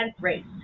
race